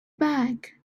back